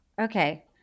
Okay